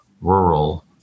rural